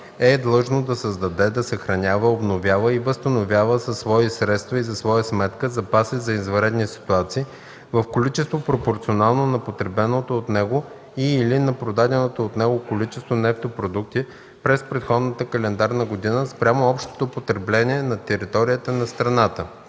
е длъжно да създаде, да съхранява, обновява и възстановява със свои средства и за своя сметка запаси за извънредни ситуации в количество, пропорционално на потребеното от него и/или на продаденото от него количество нефтопродукти през предходната календарна година спрямо общото потребление на територията на страната.